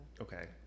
Okay